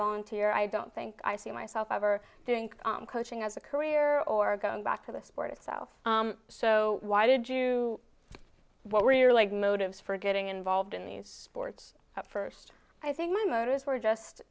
volunteer i don't think i see myself ever doing coaching as a career or going back to the sport itself so why did you what were your like motives for getting involved in these sports at first i think my motives were just